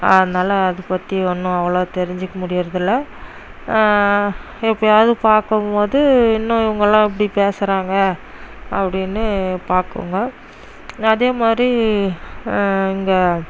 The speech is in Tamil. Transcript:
அதனால் அதை பற்றி ஒன்றும் அவ்வளோவா தெரிஞ்சுக்க முடியறதில்லை எப்போயாவது பார்க்கும்போது இன்னும் இவங்கள்லாம் எப்படி பேசுறாங்க அப்படீன்னு பார்க்குவோங்க அதேமாதிரி இங்கே